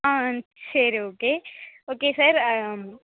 ஆ சரி okay okay sir